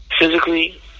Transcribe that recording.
physically